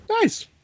Nice